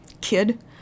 kid